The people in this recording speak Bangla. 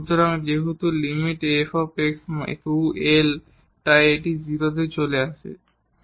সুতরাং যেহেতু limit f → L তাই এটি 0 তে চলে যাবে